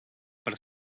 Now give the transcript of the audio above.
per